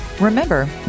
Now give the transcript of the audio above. Remember